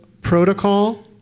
protocol